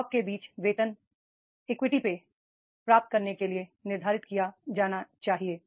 jobs के बीच वेतन इक्विटी पे प्राप्त करने के लिए निधारित किया जाना चाहिए